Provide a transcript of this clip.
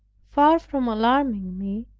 far from alarming me,